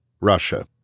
Russia